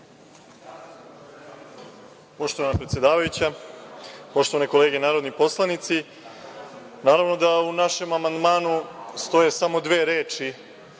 Poštovana predsedavajuća, poštovane kolege narodni poslanici, naravno da u našem amandmanu stoje samo dve reči